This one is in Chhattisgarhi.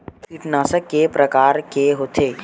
कीटनाशक के प्रकार के होथे?